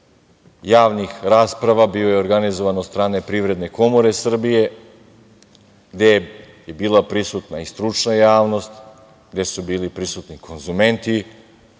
javnih rasprava bio je organizovan od strane Privredne komore Srbije gde je bila bila prisutna i stručna javnost, gde su bili prisutni konzumenti